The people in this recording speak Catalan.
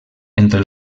entre